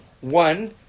one